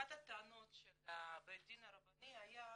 אחת הטענות של בית הדין הרבני הייתה